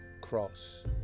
cross